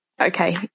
okay